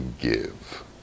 give